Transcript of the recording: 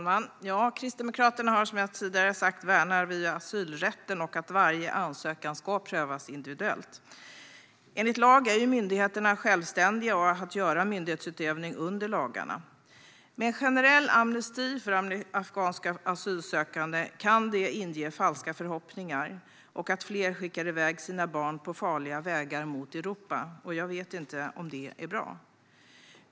Herr talman! Kristdemokraterna värnar, som jag tidigare har sagt, asylrätten och att varje ansökan ska prövas individuellt. Enligt lag är myndigheterna självständiga att utföra myndighetsutövning under lagarna. Med generell amnesti för afghanska asylsökande kan det inge falska förhoppningar och innebära att fler skickar iväg sina barn på farliga vägar mot Europa. Jag vet inte om det är bra.